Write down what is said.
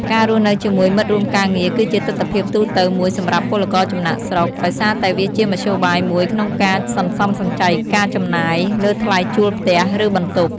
ការរស់នៅជាមួយមិត្តរួមការងារគឺជាទិដ្ឋភាពទូទៅមួយសម្រាប់ពលករចំណាកស្រុក ដោយសារតែវាជាមធ្យោបាយមួយក្នុងការ សន្សំសំចៃការចំណាយ លើថ្លៃជួលផ្ទះ ឬបន្ទប់ ។